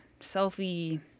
selfie